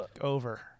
over